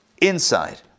inside